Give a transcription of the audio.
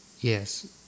Yes